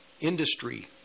industry